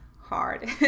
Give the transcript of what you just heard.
hard